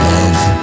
Love